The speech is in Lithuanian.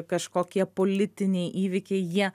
kažkokie politiniai įvykiai jie